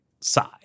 side